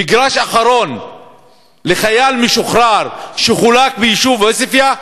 מגרש אחרון לחייל משוחרר שחולק ביישוב עוספיא,